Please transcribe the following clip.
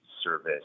service